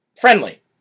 friendly